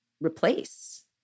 replace